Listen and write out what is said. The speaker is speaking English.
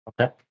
Okay